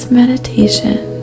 meditation